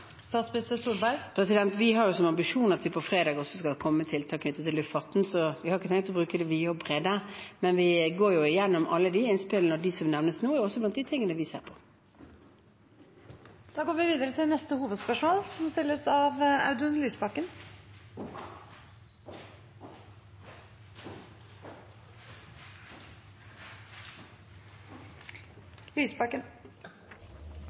knyttet til luftfarten, så vi har ikke tenkt å utrede i det vide og det brede. Men vi går igjennom alle innspillene, og de som nevnes nå, er også blant dem vi ser på. Vi går videre til neste hovedspørsmål. Jeg opplever budskapet fra alle partiene som